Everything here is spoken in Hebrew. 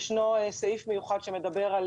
ישנו סעיף מיוחד שמדבר על